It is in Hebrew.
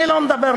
אני לא מדבר,